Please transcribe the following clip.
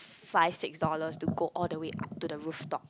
five six dollars to go all the way up to the rooftop